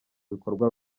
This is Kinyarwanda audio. bikorwa